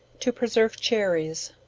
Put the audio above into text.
to preserve cherries.